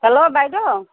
hello বাইদেউ